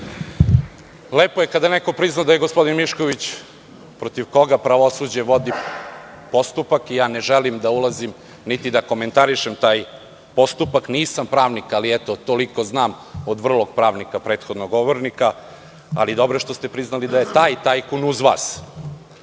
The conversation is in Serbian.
Lepo je kada neko prizna da je gospodin Mišković, protiv koga pravosuđe vodi postupak, ne želim da ulazim niti da komentarišem taj postupak, nisam pravnik, ali toliko znam od vrlog pravnika, prethodnog govornika, ali dobro je što ste priznali da je taj tajkun uz vas.